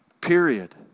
period